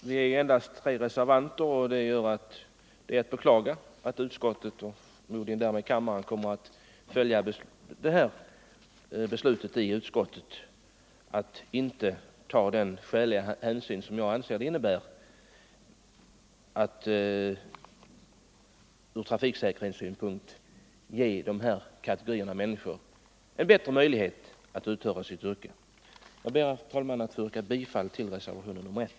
Vi är endast tre reservanter, och det gör förmodligen — vilket är att beklaga — att kammaren kommer att följa utskottets förslag och därmed inte ta den skäliga hänsyn också till trafiksäkerheten som det enligt min mening skulle innebära om man gav de här kategorierna människor en bättre möjlighet att ur trafiksäkerhetssynpunkt utöva sitt yrke. Jag ber, herr talman, att få yrka bifall till reservationen 1.